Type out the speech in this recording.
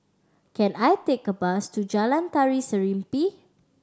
can I take a bus to Jalan Tari Serimpi